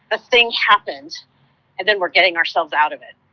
ah thing happens and then we're getting ourselves out of it.